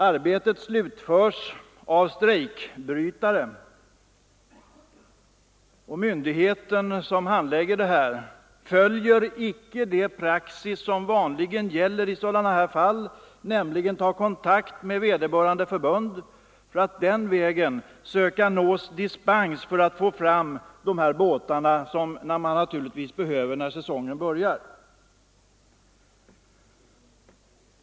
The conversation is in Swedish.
Arbetet slutförs av strejkbrytare. Myndigheten som handlägger saken följer icke den praxis som vanligen gäller i sådana här fall, nämligen att ta kontakt med vederbörande förbund för att den vägen söka få dispens för de här båtarna, som man naturligtvis behöver när säsongen börjar.